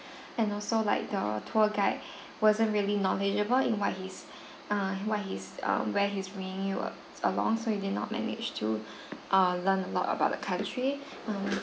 and also like the tour guide wasn't really knowledgeable in what he's uh what he's um where he's bringing you along so he did not manage to err learn a lot about the country